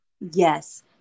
Yes